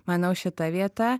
manau šita vieta